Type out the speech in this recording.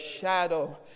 shadow